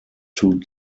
two